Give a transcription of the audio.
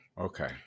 okay